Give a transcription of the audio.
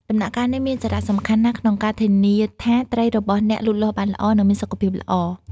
ដំណាក់កាលនេះមានសារៈសំខាន់ណាស់ក្នុងការធានាថាត្រីរបស់អ្នកលូតលាស់បានល្អ និងមានសុខភាពល្អ។